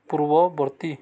ପୂର୍ବବର୍ତ୍ତୀ